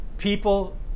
people